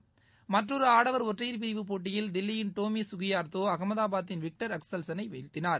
ம்றறொரு ஆடவர் ஒற்றையர் பிரிவுப் போட்டியில் தில்லியிள் டோமி சுகிபார்த்தோ அகமதாபாதின் விக்டர் அக்சல்சனை வீழ்த்தினார்